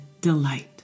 delight